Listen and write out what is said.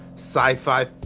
Sci-fi